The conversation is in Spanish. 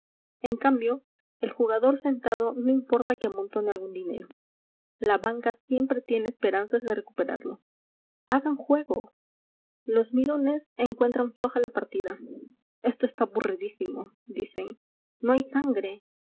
en cambio el jugador sentado no importa que amontone algún dinero la banca siempre tiene esperanzas de recuperarlo hagan juego los mirones encuentran floja la partida esto está aburridísimo dicen no hay sangre